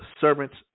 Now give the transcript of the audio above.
servants